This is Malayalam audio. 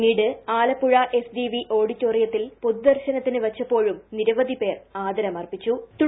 പിന്നീട് ആലപ്പുഴ എസ്ഡിവി ഓഡിറ്റോറിയത്തിൽ പൊതുദർശനത്തിന് വച്ചപ്പോഴും നിരവധി പേർ ആദരമ്മർപ്പിച്ചു്